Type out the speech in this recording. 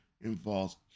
involves